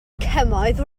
cymoedd